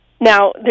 Now